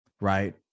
right